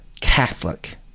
Catholic